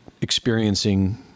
experiencing